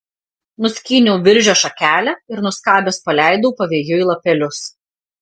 nuskyniau viržio šakelę ir nuskabęs paleidau pavėjui lapelius